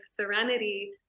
serenity